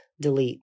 Delete